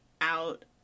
out